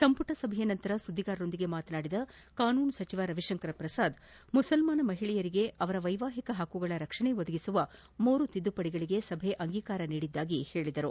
ಸಂಪುಟ ಸಭೆಯ ನಂತರ ಸುದ್ಧಿಗಾರರೊಂದಿಗೆ ಮಾತನಾಡಿದ ಕಾನೂನು ಸಚಿವರಾದ ರವಿಶಂಕರ ಪ್ರಸಾದ್ ಮುಸಲ್ಮಾನ ಮಹಿಳೆಯರಿಗೆ ಅವರ ವೈವಾಹಿಕ ಹಕ್ಕುಗಳ ರಕ್ಷಣೆ ಒದಗಿಸುವ ಮೂರು ತಿದ್ದುಪಡಿಗಳಿಗೆ ಸಭೆ ಅಂಗೀಕಾರ ನೀಡಿದ್ದಾಗಿ ತಿಳಿಸಿದರು